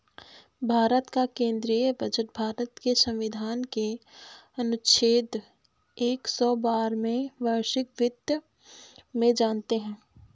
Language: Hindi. भारत का केंद्रीय बजट भारत के संविधान के अनुच्छेद एक सौ बारह में वार्षिक वित्त में जानते है